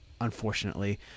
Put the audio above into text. unfortunately